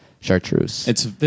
Chartreuse